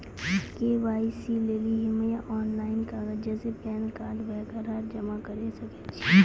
KYC लेली हम्मय online कागज जैसे पैन कार्ड वगैरह जमा करें सके छियै?